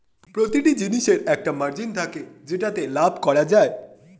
প্রতিটি জিনিসের একটা মার্জিন থাকে যেটাতে লাভ করা যায়